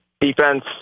Defense